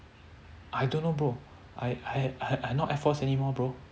I don't know bro I I not air force anymore bro